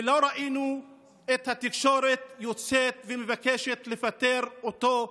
ולא ראינו את התקשורת יוצאת ומבקשת לפטר אותו.